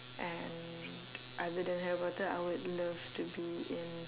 and other than harry potter I would love to be in